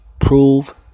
Prove